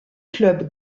club